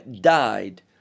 died